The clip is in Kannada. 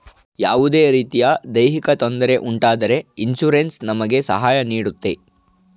ಯಾವುದೇ ರೀತಿಯ ದೈಹಿಕ ತೊಂದರೆ ಉಂಟಾದರೆ ಇನ್ಸೂರೆನ್ಸ್ ನಮಗೆ ಸಹಾಯ ನೀಡುತ್ತೆ